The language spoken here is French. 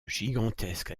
gigantesque